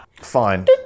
Fine